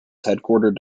headquartered